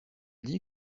dit